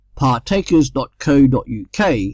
partakers.co.uk